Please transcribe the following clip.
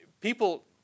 people